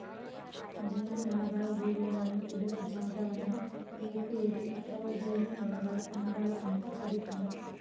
ಜೇನುನೊಣಗಳ ಗೂಡುಗಳನ್ನು ಇಡುವ ಜಾಗವನ್ನು ಏಪಿಯರಿ ಅಥವಾ ಜೇನುನೊಣಗಳ ಅಂಗಳ ಅಂತ ಕರೀತಾರ